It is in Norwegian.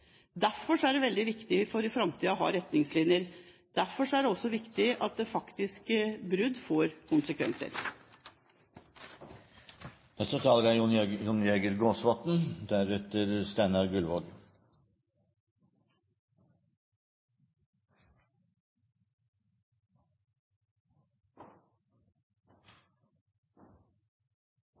Derfor er det veldig viktig å ha retningslinjer i framtiden. Derfor er det også viktig at et brudd faktisk får konsekvenser. Det er